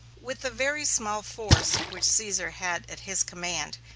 with the very small force which caesar had at his command,